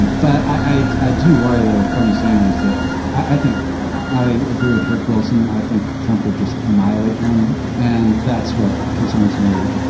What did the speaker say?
and but i i do worry, though, with bernie sanders that i think i agree with rick wilson. i think trump would just annihilate him. and that's what concerns me.